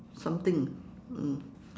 something mm